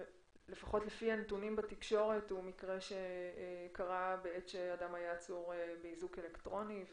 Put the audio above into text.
שלפחות לפי הנתונים בתקשורת הוא היה בעת שאדם היה עצור באיזוק אלקטרוני,